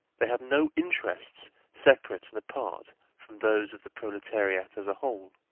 they have no interests separate and apart from those of the proletariat as a whole.